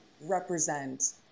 represent